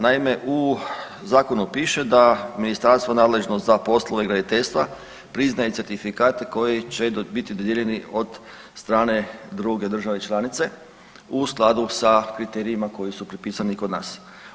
Naime, u Zakonu piše da Ministarstvo nadležno za poslove graditeljstva priznaje certifikate koji će biti dodijeljeni od strane druge Države članice u skladu sa kriterijima koji su propisani kod nas.